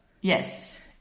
yes